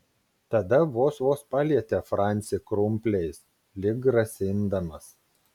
tada vos vos palietė francį krumpliais lyg grasindamas